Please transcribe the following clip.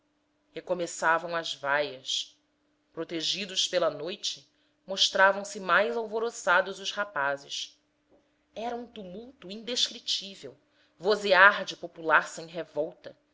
pátio recomeçavam as vaias protegidos pela noite mostravam-se mais alvoroçados os rapazes era um tumulto indescritível vozear de populaça em revolta